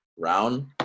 round